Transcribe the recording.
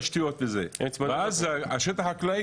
תמיד השפה המשותפת שלנו זה בוועדה,